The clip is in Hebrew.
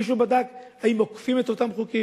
מישהו בדק אם אוכפים את אותם חוקים?